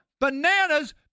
bananas